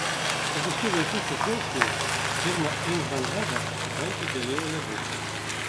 o visų vaikučių džiaugsmui firma ingman vega veltui dalijo ledus